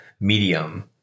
medium